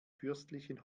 fürstlichen